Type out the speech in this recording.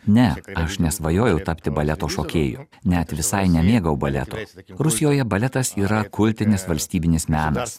ne aš nesvajojau tapti baleto šokėju net visai nemėgau baleto rusijoje baletas yra kultinis valstybinis menas